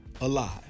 alive